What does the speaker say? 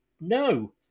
No